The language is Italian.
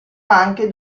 anche